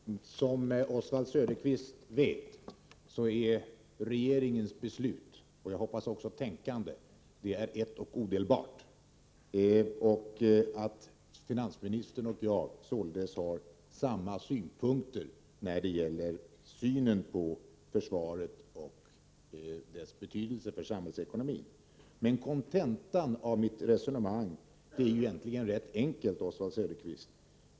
Fru talman! Som Oswald Söderqvist vet är regeringens beslut — och dess tänkande, hoppas jag — ett och odelbart, och finansministern och jag har således samma åsikter när det gäller synen på försvaret och dess betydelse för samhällsekonomin. Kontentan av mitt resonemang är egentligen rätt enkel, Oswald Söderqvist.